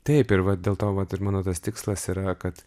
taip ir vat dėl to vat ir mano tas tikslas yra kad